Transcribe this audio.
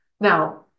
Now